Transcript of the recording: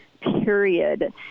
period